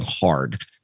hard